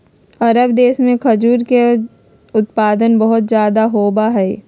अरब देश में खजूर के उत्पादन बहुत ज्यादा होबा हई